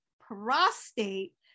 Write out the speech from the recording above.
prostate